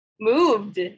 moved